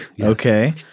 Okay